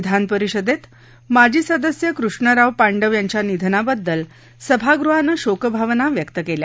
विधानपरिषदेत माजी सदस्य कृष्णराव पांडव यांच्या निधनाबद्दल सभागृहानं शोकभावना व्यक्त केल्या